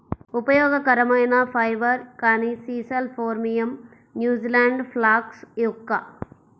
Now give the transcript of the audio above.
ఉపయోగకరమైన ఫైబర్, కానీ sisal phormium, New Zealand flax yucca